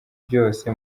byose